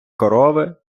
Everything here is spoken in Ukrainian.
корови